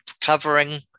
covering